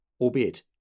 albeit